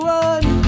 one